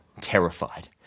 terrified